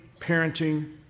parenting